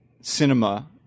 cinema